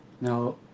Now